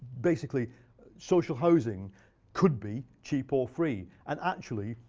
basically social housing could be cheap or free. and actually,